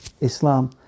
Islam